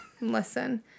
listen